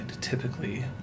typically